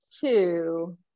two